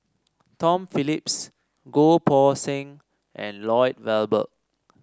Tom Phillips Goh Poh Seng and Lloyd Valberg